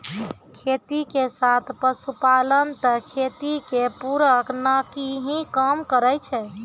खेती के साथ पशुपालन त खेती के पूरक नाकी हीं काम करै छै